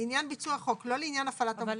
לעניין ביצוע החוק, לא לעניין הפעלת המוקד.